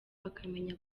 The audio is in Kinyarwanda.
akamenya